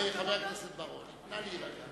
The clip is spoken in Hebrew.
חבר הכנסת בר-און, נא להירגע.